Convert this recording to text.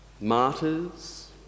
martyrs